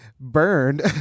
burned